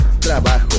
trabajo